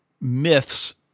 myths